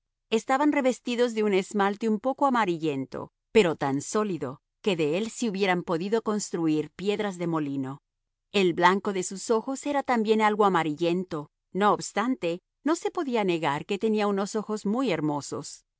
estaban revestidos de un esmalte un poco amarillento pero tan sólido que de él se hubieran podido construir piedras de molino el blanco de sus ojos era también algo amarillento no obstante no se podía negar que tenía unos ojos muy hermosos